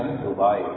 150000 ரூபாய்